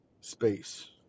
space